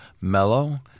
mellow